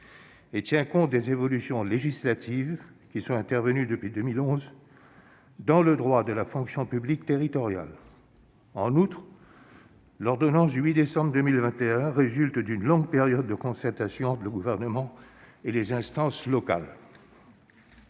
et tient compte des évolutions législatives intervenues depuis 2011 dans le droit de la fonction publique territoriale. En outre, l'ordonnance du 8 décembre 2021 résulte d'une longue période de concertation entre le Gouvernement et les instances locales.